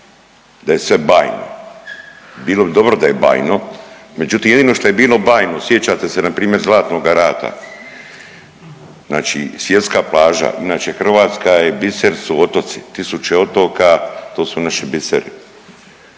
da je sve bajno. Bilo bi dobro da je bajno, međutim jedino što je bilo bajno sjećate se npr. Zlatnoga rata, znači svjetska plaža inače Hrvatska je biser su otoci, tisuće otoka to su naši biseri.